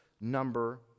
number